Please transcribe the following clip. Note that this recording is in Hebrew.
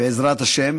בעזרת השם.